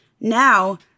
Now